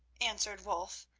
answered wulf,